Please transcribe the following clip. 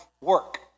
work